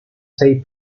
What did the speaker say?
state